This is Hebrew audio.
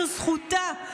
זו זכותה,